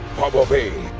bumblebee!